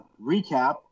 recap